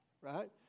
right